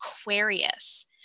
Aquarius